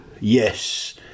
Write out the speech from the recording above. yes